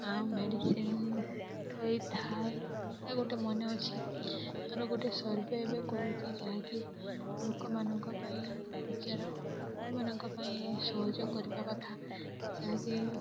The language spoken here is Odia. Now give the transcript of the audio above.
ଆଉ ମେଡ଼ିସିନ୍ ହୋଇଥାଏ ସେଟା ଗୋଟେ ମନେ ଅଛି ଆରୁ ଗୋଟେ ସର୍ଭେ ଏବେ କରୁଛି ଯାହାକି ଲୋକମାନଙ୍କ ପାଇଁ ପ୍ରଚାର ଲୋକମାନଙ୍କ ପାଇଁ ସହଜ କରିବା କଥା ଯାହାକି